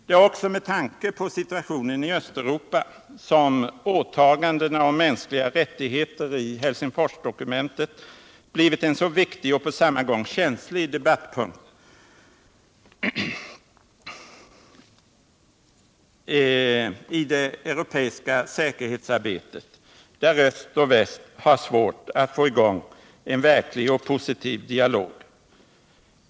Det är också med tanke på situationen i Östeuropa som åtagandena om mänskliga rättigheter i Helsingforsdokumentet blivit en så viktig och på samma gång känslig debattpunkt i det europeiska säkerhetsarbetet, där öst och väst har svårt att få i gång en verklig och positiv dialog.